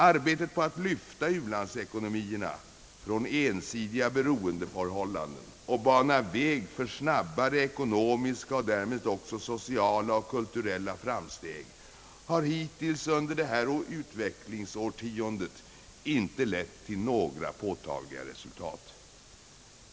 Arbetet på att lyfta u-landsekonomierna från ensidiga beroendeförhållanden och bana väg för snabbare ekonomiska och därmed också sociala kulturella framsteg har hittills under det här utvecklingsårtiondet inte lett till några påtagliga resultat.